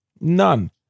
None